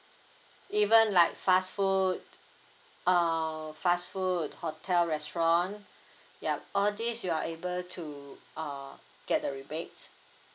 even like fast food err fast food hotel restaurant yup all days you are able to err get the rebate